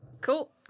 Cool